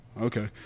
Okay